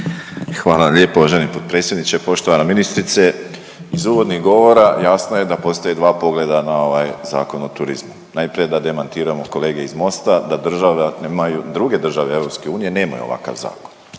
Hvala lijepo uvaženi potpredsjedniče, poštovana ministrice. Iz uvodnih govora jasno je da postoje dva pogleda na ovaj Zakon o turizmu. Najprije da demantiramo kolege iz Mosta da država nemaju, druge države EU nemaju ovakav zakon,